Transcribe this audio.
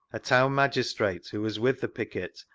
a town magistrate, who was with the picket,